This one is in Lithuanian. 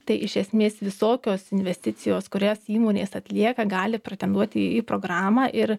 tai iš esmės visokios investicijos kurias įmonės atlieka gali pretenduoti į programą ir